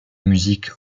musique